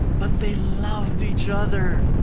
but they loved each other.